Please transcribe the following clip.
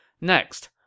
Next